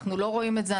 אנחנו לא רואים את זה.